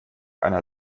einer